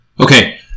okay